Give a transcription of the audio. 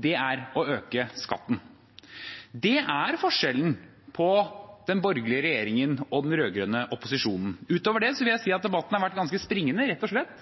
Det er å øke skatten. Det er forskjellen på den borgerlige regjeringen og den rød-grønne opposisjonen. Utover det vil jeg si at debatten har vært ganske springende, rett og slett,